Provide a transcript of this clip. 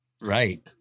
right